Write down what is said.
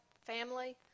family